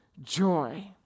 joy